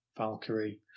valkyrie